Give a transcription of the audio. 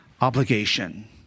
obligation